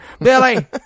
Billy